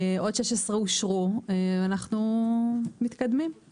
עוד 16 אושרו, ואנחנו מתקדמים.